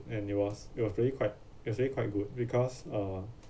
and it was it was really quite actually quite good because uh